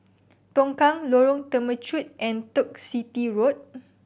Tongkang Lorong Temechut and Turf City Road